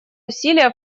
усилия